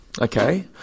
Okay